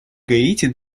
гаити